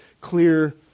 clear